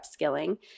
upskilling